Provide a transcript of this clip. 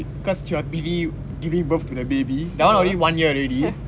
because she was busy giving birth to the baby that one already one year already